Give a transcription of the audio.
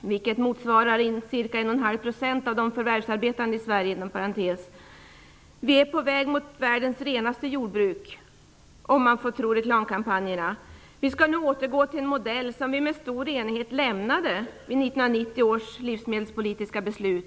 vilket motsvarar ca 1,5 % av de förvärvsarbetande i Sverige, är på väg att bli världens renaste jordbruk - om man får tro reklamkampanjerna. Vi skall nu återgå till en modell som vi i stor enighet lämnade genom 1990 års livsmedelspolitiska beslut.